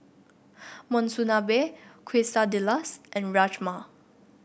Monsunabe Quesadillas and Rajma